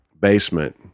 basement